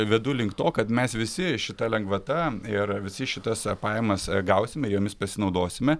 vedu link to kad mes visi šita lengvata ir visi šitas pajamas gausime ir jomis pasinaudosime